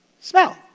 smell